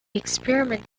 experiment